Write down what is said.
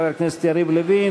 חבר הכנסת יריב לוין,